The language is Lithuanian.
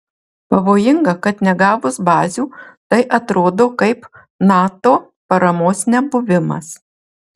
pavojinga kad negavus bazių tai atrodo kaip nato paramos nebuvimas